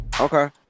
Okay